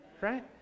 right